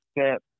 step